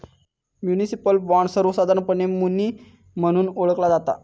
municipal bond, सर्वोसधारणपणे muni म्हणून ओळखला जाता